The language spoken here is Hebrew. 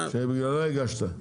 שבגללה הגשת?